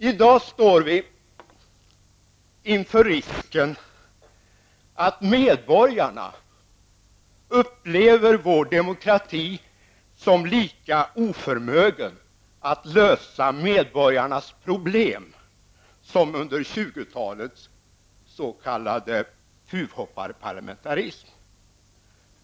I dag står vi inför risken att medborgarna upplever vår demokrati som lika oförmögen nu att lösa medborgarnas problem som var fallet under 20 talets s.k. tuvhopparparlamentarism.